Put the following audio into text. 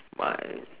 my